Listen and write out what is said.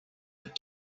but